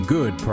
Good